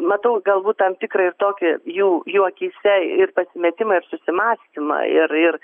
matau galbūt tam tikrą ir tokį jau jų akyse ir pasimetimą ir susimąstymą ir ir